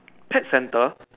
pet center